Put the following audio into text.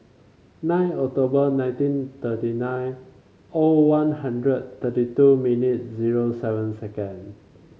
nine October nineteen thirty nine O One Hundred thirty two minute zero seven second